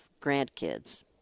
grandkids